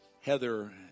Heather